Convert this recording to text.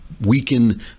weaken